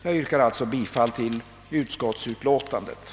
Jag yrkar alltså bifall till utskottets hemställan.